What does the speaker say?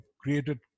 created